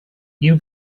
you